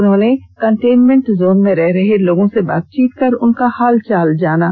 उन्होंने containment zone में रह रहे लोगों से बातचीत कर उनका हाल चाल जाना